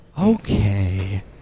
Okay